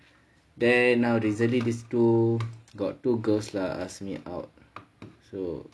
then now recently these two got two girls lah ask me out so